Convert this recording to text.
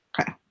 Okay